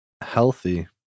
healthy